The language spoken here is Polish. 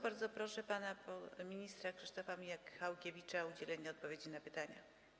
Bardzo proszę pana ministra Krzysztofa Michałkiewicza o udzielenie odpowiedzi na pytanie.